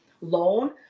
loan